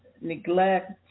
neglect